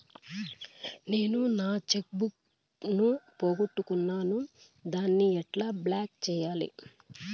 నేను నా cheque book ను పోగొట్టుకున్నాను దాన్ని ఎట్లా బ్లాక్ సేయాలి?